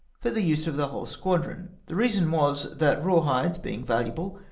for the use of the whole squadron. the reason was that raw hides, being valuable,